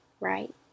right